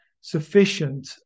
sufficient